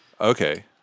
Okay